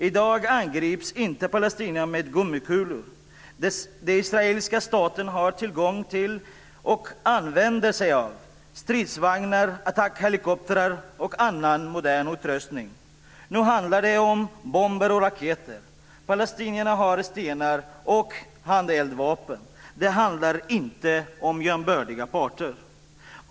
I dag angrips inte palestinierna med gummikulor. Den israeliska staten har tillgång till - och använder sig av - stridsvagnar, attackhelikoptrar och annan modern utrustning. Nu handlar det om bomber och raketer. Palestinierna har stenar och handeldvapen. Det handlar inte om jämbördiga parter.